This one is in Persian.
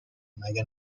مگه